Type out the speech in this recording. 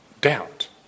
doubt